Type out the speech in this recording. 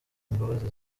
imbabazi